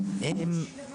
בבקשה.